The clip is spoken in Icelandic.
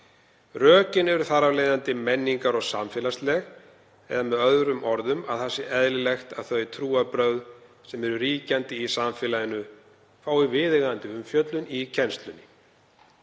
Rökin eru þar af leiðandi menningar- og samfélagsleg, eða með öðrum orðum að það sé eðlilegt að þau trúarbrögð sem eru ríkjandi í samfélaginu fái viðeigandi umfjöllun í kennslunni.